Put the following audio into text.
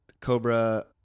cobra